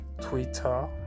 Twitter